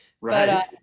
Right